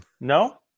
No